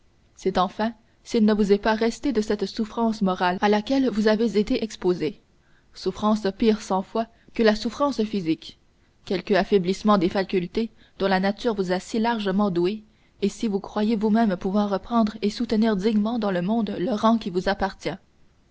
c'est enfin s'il ne vous est pas resté de cette souffrance morale à laquelle vous avez été exposé souffrance pire cent fois que la souffrance physique quelque affaiblissement des facultés dont la nature vous a si largement doué et si vous croyez vous-même pouvoir reprendre et soutenir dignement dans le monde le rang qui vous appartient